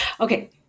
Okay